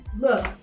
Look